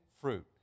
fruit